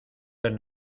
del